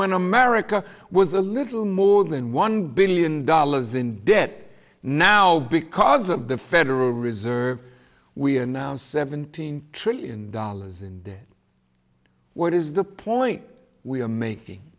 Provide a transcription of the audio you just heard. when america was a little more than one billion dollars in debt now because of the federal reserve we are now seventeen trillion dollars in debt what is the point we are making